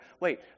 Wait